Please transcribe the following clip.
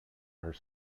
are